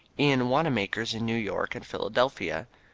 in wanamaker's in new york and philadelphia,